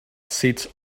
seats